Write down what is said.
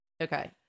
Okay